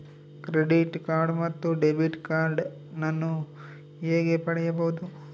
Credit card ಮತ್ತು debit card ನಾನು ಹೇಗೆ ಪಡೆಯಬಹುದು?